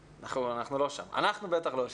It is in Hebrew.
אנחנו לא שם, אנחנו בטח לא שם.